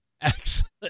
Excellent